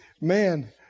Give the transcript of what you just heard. man